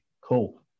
cool